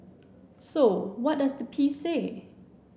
so what does the piece say